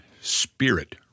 Spirit